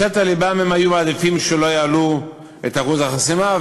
בסתר לבם היו מעדיפים שלא יעלו את אחוז החסימה,